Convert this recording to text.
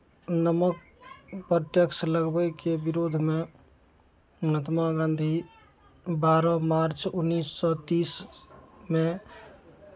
नमकपर tax लगबैके विरोधमे महात्मा गाँधी बारह मार्च उन्नैस सए तीसमे